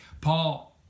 Paul